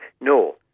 No